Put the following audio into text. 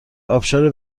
آبشار